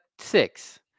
six